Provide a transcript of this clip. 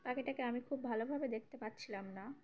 পাখিটাকে আমি খুব ভালোভাবে দেখতে পাচ্ছিলাম না